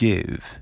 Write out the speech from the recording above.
Give*